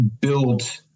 build